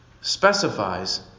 specifies